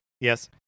Yes